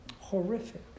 horrific